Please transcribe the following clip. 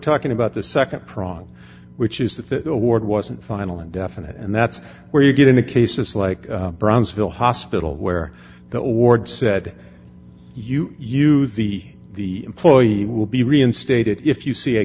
talking about the nd prong which is that the award wasn't final and definite and that's where you get into cases like brownsville hospital where the ward said you use the the employee will be reinstated if you see a